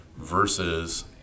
versus